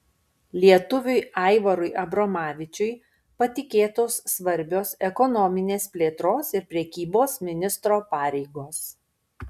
lietuviui aivarui abromavičiui patikėtos svarbios ekonominės plėtros ir prekybos ministro pareigos